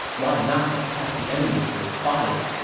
why not attack the enemy with fire?